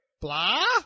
Blah